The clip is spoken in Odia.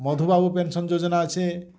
ମଧୁବାବୁ ପେନ୍ସନ୍ ଯୋଜନା ଅଛେ